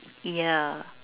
yeah